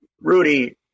Rudy